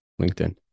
LinkedIn